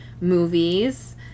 movies